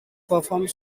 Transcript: performed